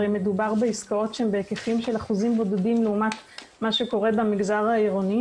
הרי מדובר בהיקפים של אחוזים בודדים לעומת מה שקורה במגזר העירוני